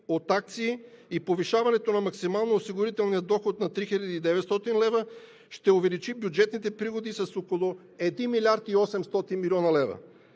от акции и повишаването на максимално осигурителния доход на 3900 лв. ще увеличи бюджетните приходи с около 1 млрд. 800 млн. лв.